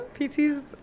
PTs